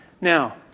Now